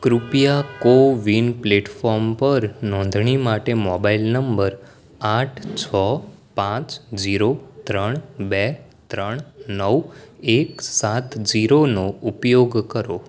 કૃપયા CoWIN platform પર નોંધણી માટે મોબાઈલ નંબર આઠ છ પાંચ ઝીરો ત્રણ બે ત્રણ નવ એક સાત ઝીરોનો ઉપયોગ કરો